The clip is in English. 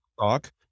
talk